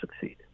succeed